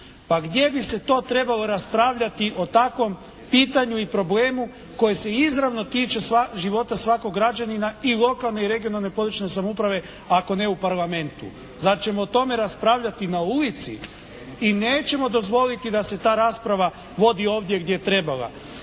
Pa gdje bi se to trebalo raspravljati o takvom pitanju i problemu koji se izravno tiče života svakog građanina i lokane i regionalne područne samouprave ako ne u Parlamentu. Zar ćemo o tome raspravljati na ulici? I nećemo dozvoliti da se ta rasprava vodi ovdje gdje treba.